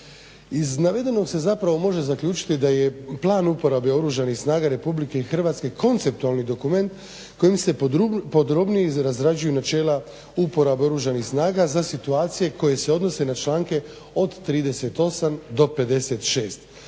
Iz navedenog se zapravo može zaključiti da je plan uporabe Oružanih snaga RH konceptualni dokument kojim se podrobnije razrađuju načela uporabe Oružanih snaga za situacije koje se odnose na članke od 38. do 56.